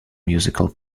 musical